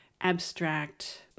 abstract